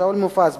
שאול מופז,